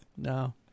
No